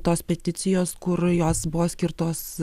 tos peticijos kur jos buvo skirtos